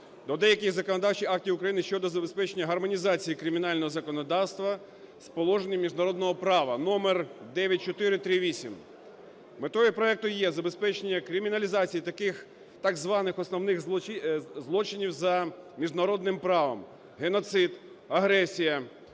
до деяких законодавчих актів України щодо забезпечення гармонізації кримінального законодавства з положеннями міжнародного права (№ 9438). Метою проекту є забезпечення криміналізації таких, так званих основних злочинів за міжнародним правом: геноцид, агресія,